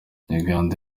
uganda